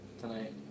tonight